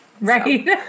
Right